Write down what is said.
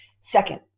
Second